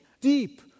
deep